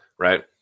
right